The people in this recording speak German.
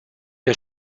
der